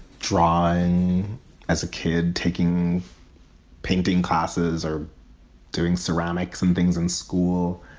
drawing as a kid, taking painting classes or doing ceramics and things in school.